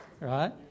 right